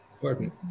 Pardon